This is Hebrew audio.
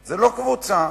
קבוצה,